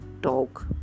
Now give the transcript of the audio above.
dog